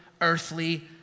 earthly